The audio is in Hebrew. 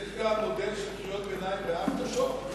יש גם מודל קריאות ביניים באפטר, ?